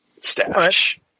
stash